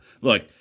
look